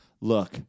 look